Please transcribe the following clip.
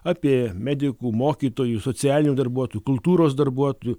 apie medikų mokytojų socialinių darbuotojų kultūros darbuotojų